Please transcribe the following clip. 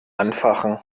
anfachen